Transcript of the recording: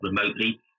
remotely